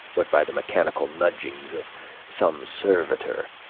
but by the mechanical nudgings of some servitor,